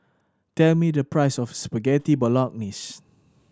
tell me the price of Spaghetti Bolognese